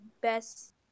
best